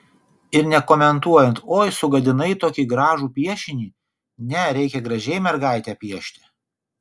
ir nekomentuojant oi sugadinai tokį gražų piešinį ne reikia gražiai mergaitę piešti